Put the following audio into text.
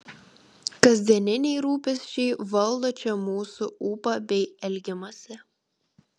kasdieniniai rūpesčiai valdo čia mūsų ūpą bei elgimąsi